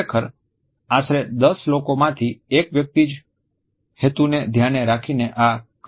ખરેખર આશરે 10 લોકો માંથી 1 વ્યક્તિ જ હેતુને ધ્યાને રાખીને આ કરચલીઓ મુખ પર ઉત્પન્ન કરી શકે છે